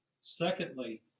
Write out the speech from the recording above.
Secondly